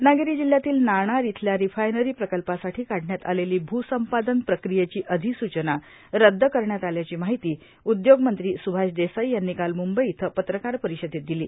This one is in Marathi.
रत्नागिरी जिल्हयातील नाणार इथल्या रिफायनरी प्रकल्पासाठी काढण्यात आलेली भूसंपादन प्रक्रियेची अधिसूचना रद्द करण्यात आल्याची माहिती उद्योगमंत्री सुभाश देसाई यांनी काल मुंबई इथं पत्रकारपरिषदेत दिली